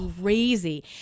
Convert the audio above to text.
crazy